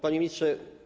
Panie Ministrze!